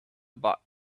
about